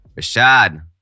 Rashad